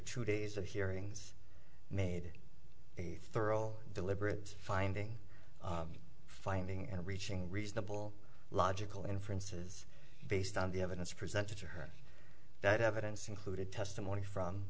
two days of hearings made a thorough deliberate finding finding and reaching reasonable logical inferences based on the evidence presented to her that evidence included testimony from